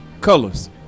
Colors